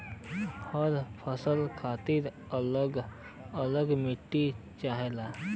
हर फसल खातिर अल्लग अल्लग माटी चाहेला